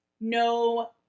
no